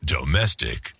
Domestic